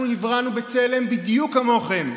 אנחנו נבראנו בצלם בדיוק כמוכם.